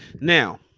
now